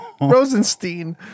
Rosenstein